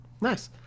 nice